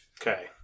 Okay